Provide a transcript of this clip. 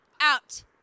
out